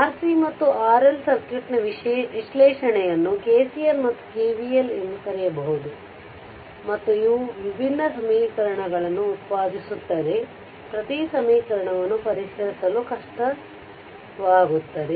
RC ಮತ್ತು RL ಸರ್ಕ್ಯೂಟ್ನ ವಿಶ್ಲೇಷಣೆಯನ್ನು KCL ಮತ್ತು KVL ಎಂದು ಕರೆಯಬಹುದು ಮತ್ತು ಇವು ವಿಭಿನ್ನ ಸಮೀಕರಣಗಳನ್ನು ಉತ್ಪಾದಿಸುತ್ತದೆ ಪ್ರತಿ ಸಮೀಕರಣಗಳನ್ನು ಪರಿಹರಿಸಲು ಕಷ್ಟವಾಗುತ್ತದೆ